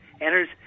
enters